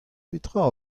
petra